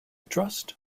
trust